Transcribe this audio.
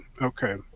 Okay